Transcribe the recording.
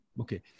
Okay